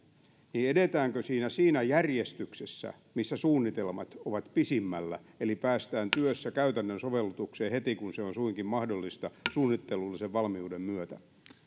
niin edetäänkö siinä siinä järjestyksessä missä suunnitelmat ovat pisimmällä eli päästään työssä käytännön sovellutukseen heti kun se on suinkin mahdollista suunnittelullisen valmiuden myötä